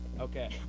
Okay